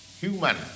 human